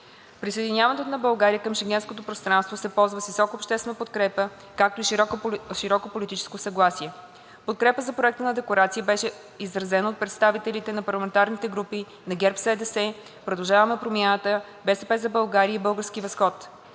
Присъединяването на България към Шенгенското пространство се ползва с висока обществена подкрепа, както и широко политическо съгласие. Подкрепа за Проекта на декларация беше изразена от представителите на парламентарните групи на ГЕРБ-СДС, „Продължаваме Промяната“, „БСП за България“ и „Български възход“.